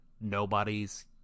Nobody's